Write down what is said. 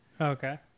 okay